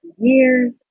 years